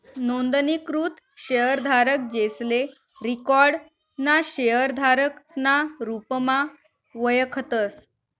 नोंदणीकृत शेयरधारक, जेसले रिकाॅर्ड ना शेयरधारक ना रुपमा वयखतस